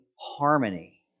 harmony